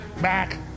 back